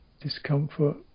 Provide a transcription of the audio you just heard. discomfort